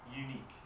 unique